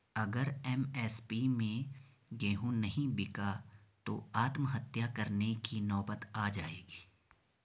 अगर एम.एस.पी पे गेंहू नहीं बिका तो आत्महत्या करने की नौबत आ जाएगी